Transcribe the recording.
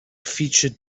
featured